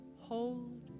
hold